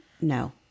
no